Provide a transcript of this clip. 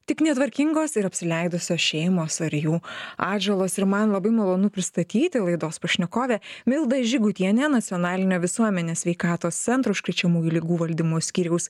tik netvarkingos ir apsileidusios šeimos ar jų atžalos ir man labai malonu pristatyti laidos pašnekovė milda žygutienė nacionalinio visuomenės sveikatos centro užkrečiamųjų ligų valdymo skyriaus